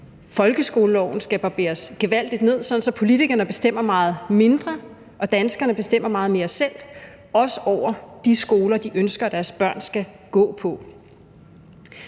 folkeskoleloven skal barberes gevaldig ned, sådan at politikerne bestemmer meget mindre og danskerne bestemmer meget mere selv, også over de skoler, de ønsker deres børn skal gå på.